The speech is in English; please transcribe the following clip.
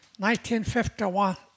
1951